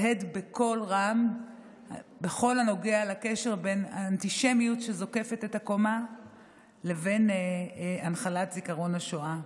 בכל הנוגע לקשר בין אנטישמיות שזוקפת את הקומה לבין הנחלת זיכרון השואה.